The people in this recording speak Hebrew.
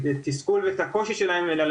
התסכול ואת הקושי שלהם ולא יהיה שום פתרון אחר,